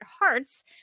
hearts